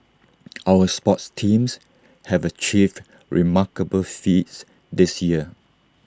our sports teams have achieved remarkable feats this year